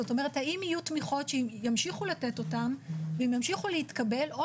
זאת אומרת האם יהיו תמיכות שימשיכו לתת אותן והן ימשיכו להתקבל או